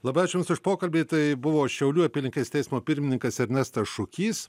labai ačiū jums už pokalbį tai buvo šiaulių apylinkės teismo pirmininkas ernestas šukys